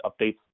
updates